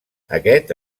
aquest